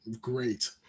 great